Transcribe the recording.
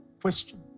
question